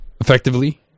Effectively